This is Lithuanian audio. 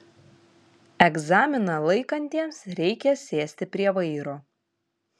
egzaminą laikantiems reikia sėsti prie vairo